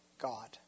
God